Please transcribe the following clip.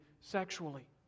sexually